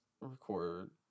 record